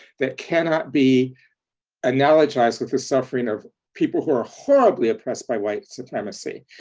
that cannot be analogized with the suffering of people who are horribly oppressed by white supremacy.